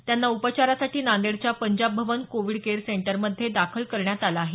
त्यांना उपचारासाठी नांदेडच्या Punjab Bhavan covid care centre मध्ये दाखल करण्यात आलं आहे